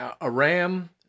Aram